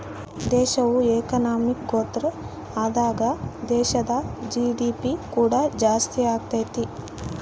ದೇಶವು economic growth ಆದಾಗ ದೇಶದ ಜಿ.ಡಿ.ಪಿ ಕೂಡ ಜಾಸ್ತಿಯಾಗತೈತೆ